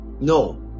no